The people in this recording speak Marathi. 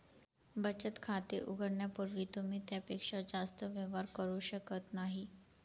बचत खाते उघडण्यापूर्वी तुम्ही त्यापेक्षा जास्त व्यवहार करू शकत नाही